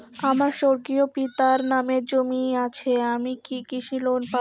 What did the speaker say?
আমার স্বর্গীয় পিতার নামে জমি আছে আমি কি কৃষি লোন পাব?